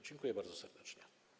Dziękuję bardzo serdecznie.